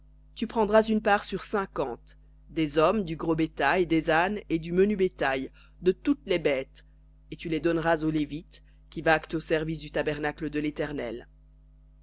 tu prendras une part sur cinquante des hommes du gros bétail des ânes et du menu bétail de toutes les bêtes et tu les donneras aux lévites qui vaquent au service du tabernacle de l'éternel